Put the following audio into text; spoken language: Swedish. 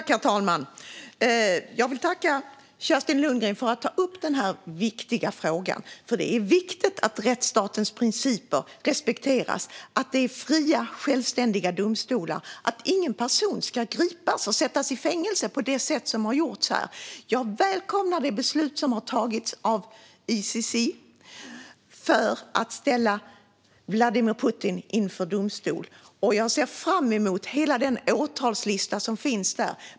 Herr talman! Jag vill tacka Kerstin Lundgren för att hon tar upp denna viktiga fråga, för det är viktigt att rättsstatens principer respekteras, att domstolar är fria och självständiga och att ingen person ska gripas och sättas i fängelse på det sätt som har gjorts här. Jag välkomnar det beslut som har tagits av ICC för att ställa Vladimir Putin inför domstol, och jag ser fram emot hela den åtalslista som finns där.